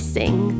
sing